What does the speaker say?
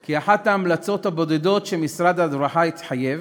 כי אחת ההמלצות הבודדות שמשרד הרווחה התחייב